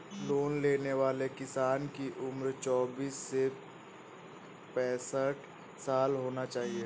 loan लेने वाले किसान की उम्र चौबीस से पैंसठ साल होना चाहिए